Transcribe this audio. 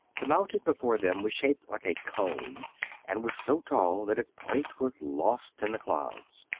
the mountain before them was shaped like a cone and was so tall that its point was lost in the clouds.